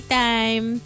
time